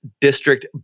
district